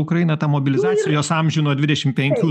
ukraina tą mobilizacijos amžių nuo dvidešim penkių